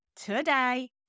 today